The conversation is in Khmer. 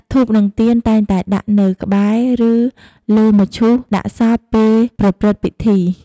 ធូប និងទៀនតែងតែដាក់នៅក្បែរ ឬលើមឈូសដាក់សពពេលប្រព្រឹត្តិពិធី។